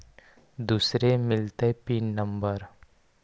दुसरे मिलतै pin number?